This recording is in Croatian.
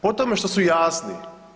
Po tome što su jasni.